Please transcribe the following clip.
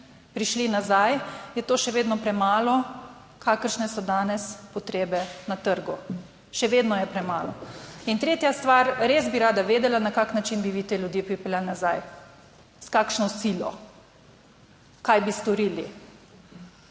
prišli nazaj, je to še vedno premalo, kakršne so danes potrebe na trgu, še vedno je premalo. In tretja stvar, res bi rada vedela, na kakšen način bi vi te ljudi pripeljali nazaj, s kakšno silo, kaj bi storili.